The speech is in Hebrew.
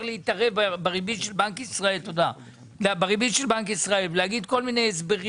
להתערב בריבית של בנק ישראל ולהגיד כל מיני הסברים